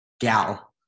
gal